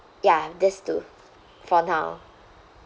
ya these two for now